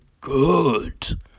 Good